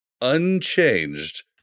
unchanged